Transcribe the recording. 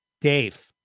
Dave